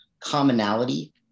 commonality